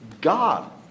God